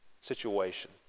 situation